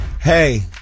Hey